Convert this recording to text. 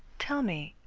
tell me,